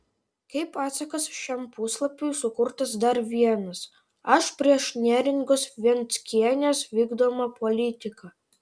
kaip atsakas šiam puslapiui sukurtas dar vienas aš prieš neringos venckienės vykdomą politiką